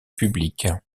public